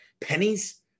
pennies